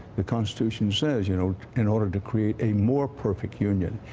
the constitution says, you know in order to create a more perfect union.